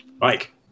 Mike